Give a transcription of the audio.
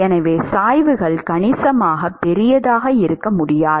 எனவே சாய்வுகள் கணிசமாக பெரியதாக இருக்க முடியாது